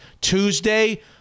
Tuesday